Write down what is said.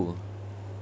with who